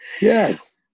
Yes